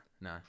no